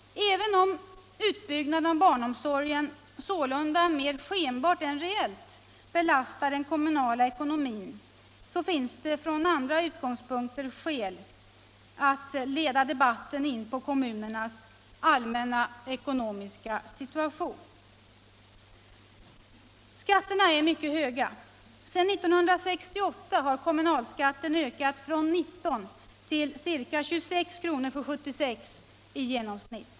Även om utbyggnaden av barnomsorgen sålunda mer skenbart än reellt belastar den kommunala ekonomin finns det från andra utgångspunkter skäl att leda debatten in på kommunernas allmänna ekonomiska situation. Skatterna är mycket höga. Sedan 1968 har kommunalskatten ökat från 19 till ca 26 kr. för år 1976 i genomsnitt.